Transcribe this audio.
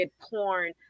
porn